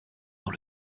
dans